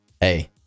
Hey